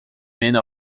many